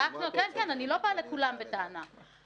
אני מרגישה לא נוח גם כלפי הציבור,